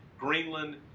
Greenland